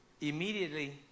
Immediately